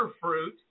fruit